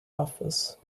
office